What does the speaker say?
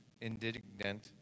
indignant